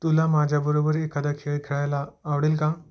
तुला माझ्याबरोबर एखादा खेळ खेळायला आवडेल का